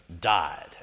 died